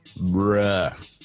bruh